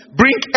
bring